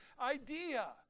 idea